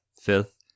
fifth